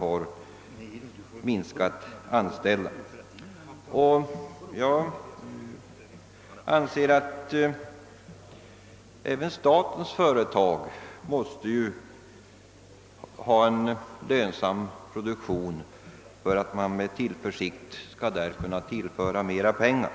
Jag anser att även statens företag måste ge förhoppningen om en lönsam produktion för att man med tillförsikt skall kunna tillföra dem mera pengar.